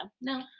no